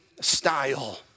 style